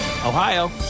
Ohio